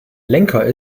lenker